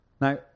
Now